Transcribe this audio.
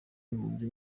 impunzi